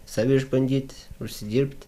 save išbandyt užsidirbt